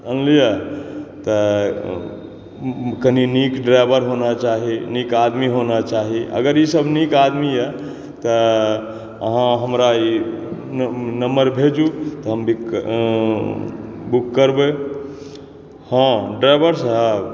जानलिए त कनि नीक ड्राइवर होना चाही नीक आदमी होना चाही अगर ईसब नीक आदमी यऽ तऽ अहाँ हमरा ई नम्बर भेजू तऽ हम बुक करबै हँ ड्राइवर साहब